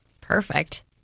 Perfect